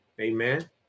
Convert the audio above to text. amen